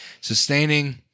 sustaining